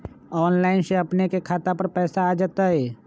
Online से अपने के खाता पर पैसा आ तई?